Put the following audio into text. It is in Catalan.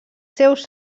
seus